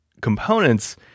components